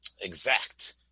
exact